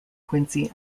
quincy